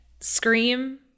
scream